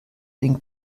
den